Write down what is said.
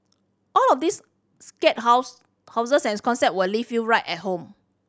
all of these scare house houses and concept will leave you right at home